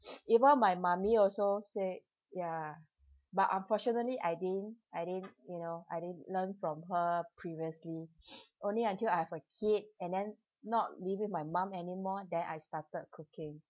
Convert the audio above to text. even my mummy also said ya but unfortunately I didn't I didn't you know I didn't learn from her previously only until I have a kid and then not living with my mum anymore then I started cooking